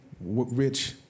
rich